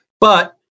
but-